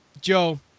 Joe